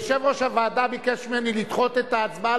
יושב-ראש הוועדה ביקש ממני לדחות את ההצבעה,